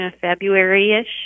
February-ish